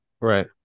Right